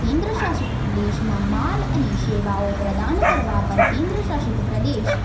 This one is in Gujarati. કેન્દ્રશાસિત પ્રદેશમાં માલ અને સેવાઓ પ્રદાન કરવા પર કેન્દ્ર શાસિત પ્રદેશ